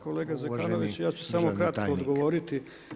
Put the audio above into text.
Kolega Zekanović, ja ću samo kratko odgovoriti.